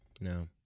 No